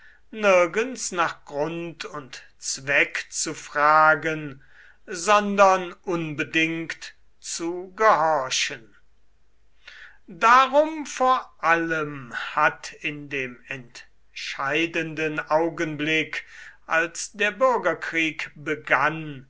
nirgends nach grund und zweck zu fragen sondern unbedingt zu gehorchen darum vor allem hat in dem entscheidenden augenblick als der bürgerkrieg begann